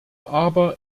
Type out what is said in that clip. aber